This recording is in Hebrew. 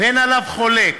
ואין עליו חולק.